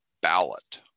ballot